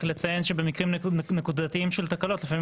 רק לציין שבמקרים נקודתיים של תקלות לפעמים